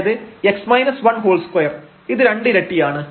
അതായത് 2 ഇത് രണ്ട് ഇരട്ടിയാണ്